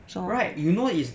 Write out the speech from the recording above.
so right